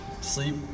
sleep